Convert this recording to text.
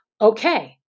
okay